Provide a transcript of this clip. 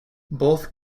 both